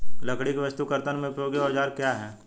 लकड़ी की वस्तु के कर्तन में उपयोगी औजार क्या हैं?